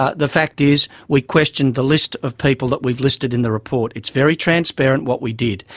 ah the fact is we questioned the list of people that we've listed in the report. it's very transparent what we did.